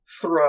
throw